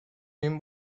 این